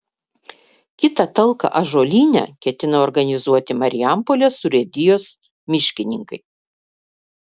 kitą talką ąžuolyne ketina organizuoti marijampolės urėdijos miškininkai